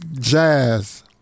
jazz